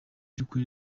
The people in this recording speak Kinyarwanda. by’ukuri